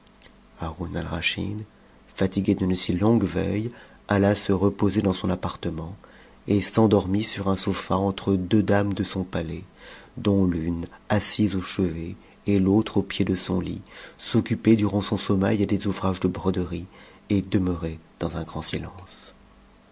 haroun alraschid fatigué d'une si longue veille alla se reposer dans son appartement et s'endormit sur un sofa entre deux dames de son palais dont l'une assise au chevet et l'autre au pied de son lit s'occupaient durant son sommeil à des ouvrages de broderies et demeuraient dans un grand silence